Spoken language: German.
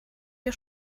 wir